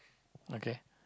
okay